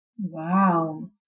Wow